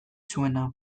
zuena